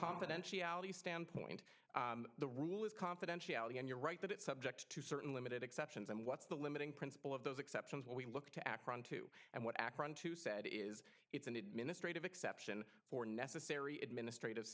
confidentiality standpoint the rule is confidentiality and you're right that it's subject to certain limited exceptions and what's the limiting principle of those exceptions what we look to act on to and what akron to said is it's an administrative exception for necessary administrative